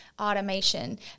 automation